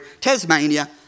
Tasmania